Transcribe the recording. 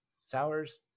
sours